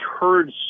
heard